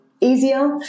easier